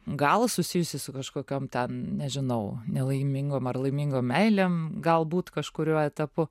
gal susijusi su kažkokiom ten nežinau nelaimingom ar laimingom meilėm galbūt kažkuriuo etapu